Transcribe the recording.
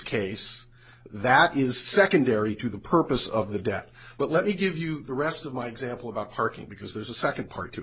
case that is secondary to the purpose of the debt but let me give you the rest of my example about parking because there's a second part to